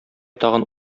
тагын